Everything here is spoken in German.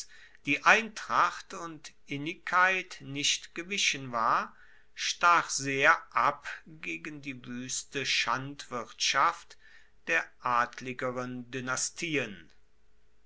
die eintracht und innigkeit nicht gewichen war stach sehr ab gegen die wueste schandwirtschaft der adligeren